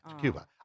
Cuba